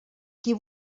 qui